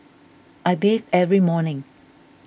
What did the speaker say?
I bathe every morning